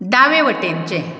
दावे वटेनचें